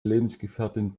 lebensgefährtin